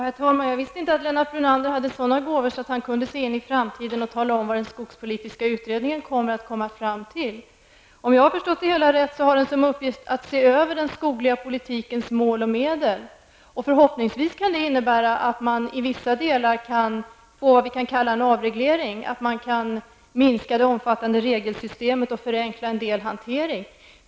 Herr talman! Jag visste inte att Lennart Brunander hade sådana gåvor att han kunde se in i framtiden och tala om vad den skogspolitiska utredningen skall komma fram till. Om jag har förstått det hela rätt har utredningen till uppgift att se över den skogliga politikens mål och medel. Förhoppningsvis kan det innebära att man i vissa delar kan få vad som kallas avreglering, att man kan minska det omfattande regelsystemet och förenkla en del hanteringar.